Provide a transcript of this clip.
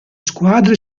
squadre